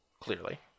clearly